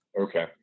okay